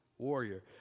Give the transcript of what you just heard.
warrior